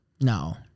No